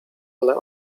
ale